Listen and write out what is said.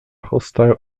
hostile